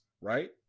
right